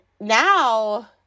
now